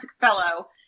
fellow